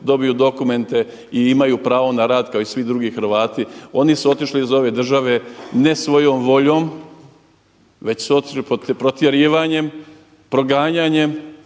dobiju dokumente i imaju pravo na rad kao i svi drugi Hrvati. Oni su otišli iz ove države ne svojom voljom već su otišli protjerivanjem, proganjanjem